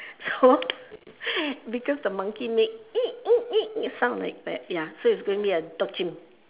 so because the monkey makes sounds like that ya so it's going to be a dog chimp